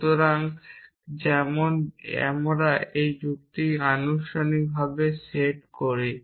সুতরাং যেমন আমরা যুক্তিকে আনুষ্ঠানিকভাবে সেট করি